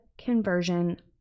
conversion